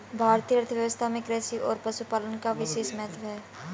भारतीय अर्थव्यवस्था में कृषि और पशुपालन का विशेष महत्त्व है